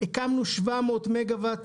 הקמנו 700 מגה וואט,